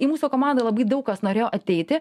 į mūsų komandą labai daug kas norėjo ateiti